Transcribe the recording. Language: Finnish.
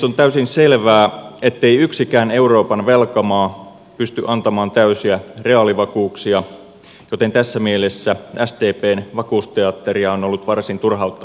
on täysin selvää ettei yksikään euroopan velkamaa pysty antamaan täysiä reaalivakuuksia joten tässä mielessä sdpn vakuusteatteria on ollut varsin turhauttavaa seurata